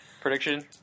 Prediction